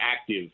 active